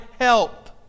help